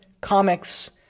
comics